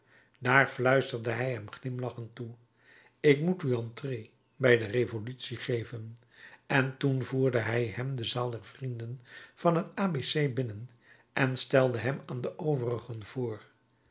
daar fluisterde hij hem glimlachend toe ik moet u entrée bij de revolutie geven en toen voerde hij hem de zaal der vrienden van het a b c binnen en stelde hem aan de overigen voor